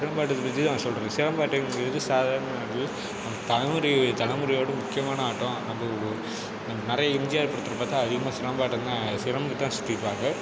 சிலம்பாட்டத்தை பற்றி நான் சொல்கிறேன் சிலம்பாட்டங்கிறது சாதாரண அது நம் தலைமுறை தலைமுறையோடு முக்கியமான ஆட்டம் அது ஒரு நம் நிறைய எம் ஜி ஆர் படத்தில் பார்த்தா அதிகமாக சிலம்பாட்டந்தான் சிலம்பத்தை தான் சுத்தியிருப்பாங்க